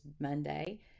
Monday